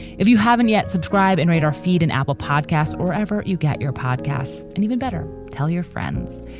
if you haven't yet, subscribe and read our feed and apple podcast or wherever you get your podcasts. and even better, tell your friends.